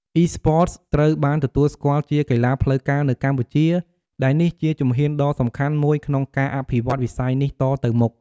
Esports ត្រូវបានទទួលស្គាល់ជាកីឡាផ្លូវការនៅកម្ពុជា ដែលនេះជាជំហានដ៏សំខាន់មួយក្នុងការអភិវឌ្ឍវិស័យនេះតទៅមុខ។